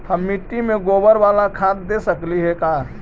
हम मिट्टी में गोबर बाला खाद दे सकली हे का?